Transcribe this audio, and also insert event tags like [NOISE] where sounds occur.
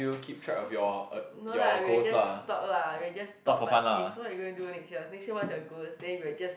[BREATH] no lah we will just talk lah we will just talk like eh so what you're going to do next year next year what's your goals then we'll just